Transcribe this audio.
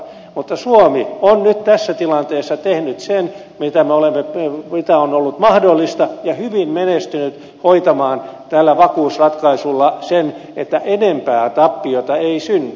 mutta suomi on nyt tässä tilanteessa tehnyt sen mikä on ollut mahdollista ja hyvällä menestyksellä hoitanut tällä vakuusratkaisulla sen että enempää tappiota ei synny